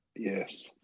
Yes